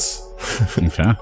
Okay